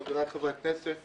חבריי חברי הכנסת,